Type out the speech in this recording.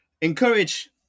encourage